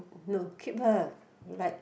no keep her like